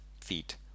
feet